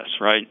right